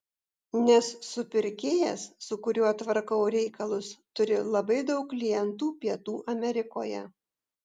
nes supirkėjas su kuriuo tvarkau reikalus turi labai daug klientų pietų amerikoje